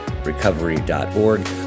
recovery.org